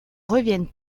reviennent